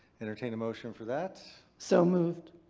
entertain a motion for that? so moved.